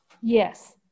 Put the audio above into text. Yes